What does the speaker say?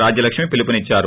రాజ్యలక్ష్మీ పిలుపునిచ్చారు